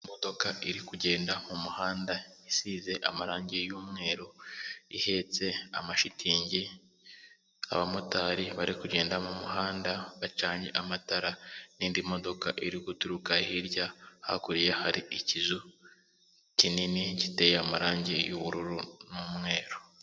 Imodoka iri kugenda mu muhanda, isize amarangi y'umweru, ihetse amashitingi, abamotari bari kugenda mu muhanda bacanye amatara n'indi modoka iri guturuka hirya, hakurya hari ikizu kinini giteye amarangi y'ubururu n'umweru.